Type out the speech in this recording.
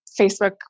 Facebook